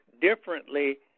differently